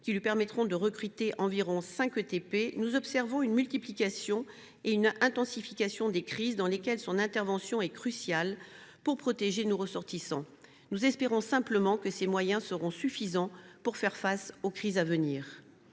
qui lui permettra de recruter environ 5 ETP, nous observons une multiplication et une intensification des crises dans lesquelles son intervention est cruciale pour protéger nos ressortissants. Nous espérons donc que ces moyens seront suffisants pour faire face aux crises à venir.